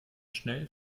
schnell